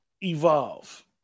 evolve